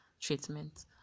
treatment